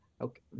okay